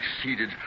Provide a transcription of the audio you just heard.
succeeded